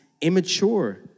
immature